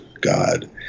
God